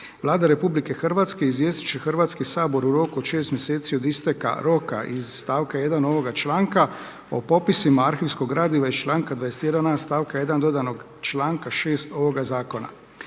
Vlada RH izvijestit će Hrvatski sabor u roku od šest mjeseci od isteka roka iz stavka 1. ovoga članka o popisima arhivskog gradiva iz članka 21a. stavka 1. dodanog članka 6. ovoga zakona.